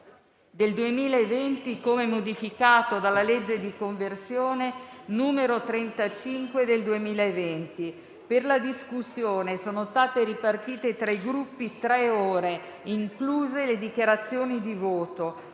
del 2020, come modificato dalla legge di conversione n. 35 del 2020. Per la discussione sono state ripartite tra i Gruppi tre ore, incluse le dichiarazioni di voto.